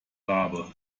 rabe